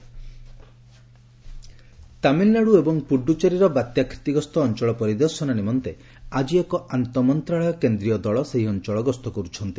cyclone Nivar Tamil Nadu ଏବଂ ପୁଡୁଚେରୀର ବାତ୍ୟା କ୍ଷତିଗ୍ରସ୍ତ ଅଞ୍ଚଳ ପରିଦର୍ଶନ ନିମନ୍ତେ ଆଜି ଏକ ଆନ୍ତଃ ମନ୍ତ୍ରଣାଳୟ କେନ୍ଦ୍ରୀୟ ଦଳ ସେହି ଅଞ୍ଚଳ ଗସ୍ତ କରୁଛନ୍ତି